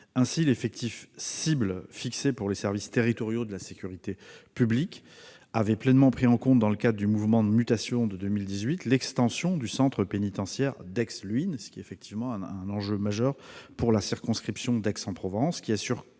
Ainsi, l'effectif cible fixé pour les services territoriaux de la sécurité publique avait pleinement pris en compte, dans le cadre des mouvements de mutation de 2018, l'extension du centre pénitentiaire d'Aix-Luynes. Cela constitue effectivement un enjeu majeur pour la circonscription d'Aix-en-Provence,